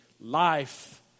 life